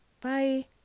bye